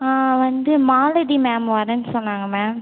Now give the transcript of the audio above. ஆ வந்து மாலதி மேம் வரன்னு சொன்னாங்க மேம்